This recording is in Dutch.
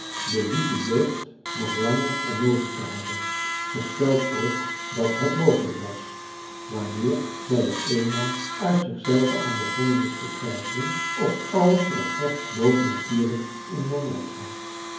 de lieve jeugd nog langer onnoozel te houden gesteld ook dat het mogelijk was wanneer zij er eenmaal uit zich zelve aan begonnen is te twijfelen of alles wel echt bovennatuurlijk in zijn werk gaat